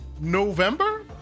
November